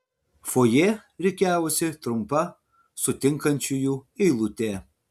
fojė rikiavosi trumpa sutinkančiųjų eilutė